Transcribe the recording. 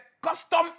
custom